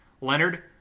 Leonard